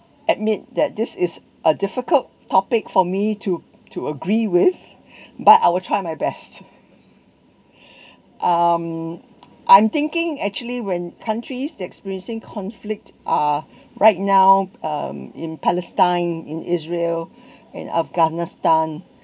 admit that this is a difficult topic for me to to agree with but I will try my best um I'm thinking actually when countries that experiencing conflict are right now um in palestine in israel in afghanistan